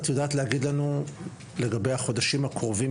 את יודעת להגיד לנו לגבי החודשים הקרובים,